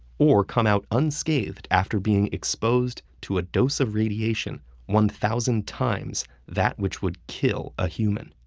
or come out unscathed after being exposed to a dose of radiation one thousand times that which would kill a human.